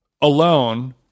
alone